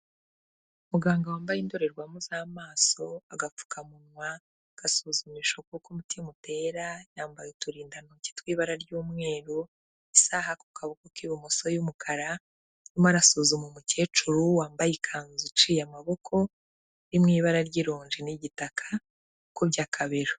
Muganga wambaye indorerwamo z'amaso, agapfukamunwa, agasuzumisho k'uko umutima utera, yambaye uturindantoki tw'ibara ry'umweru, isaha ku kaboko k'ibumoso y'umukara arimo arasuzuma umukecuru wambaye ikanzu iciye amaboko iri mu ibara ry'ironji n'igitaka, ukubye akabero.